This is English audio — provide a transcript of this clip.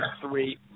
three